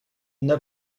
n’a